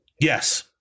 yes